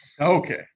Okay